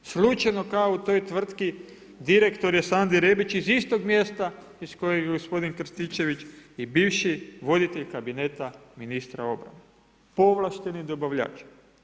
Slučajno kao u toj tvrtki, direktor je Sandri Rebić iz istog mjesta iz kojeg je gospodin Krstićević i bivši voditelj kabineta ministra obrane, povlašteni dobavljač.